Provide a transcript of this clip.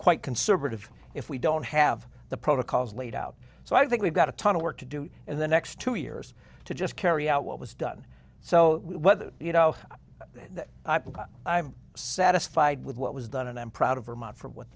quite conservative if we don't have the protocols laid out so i think we've got a ton of work to do in the next two years to just carry out what was done so whether you know that i'm satisfied with what was done and i'm proud of vermont for what